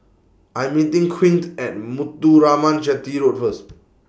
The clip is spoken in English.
I'm meeting Quint At Muthuraman Chetty Road First